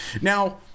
Now